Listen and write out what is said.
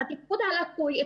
את התפקוד הלקוי,